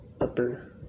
upper